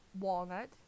walnut